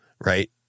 right